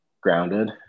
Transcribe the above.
grounded